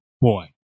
boy